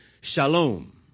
shalom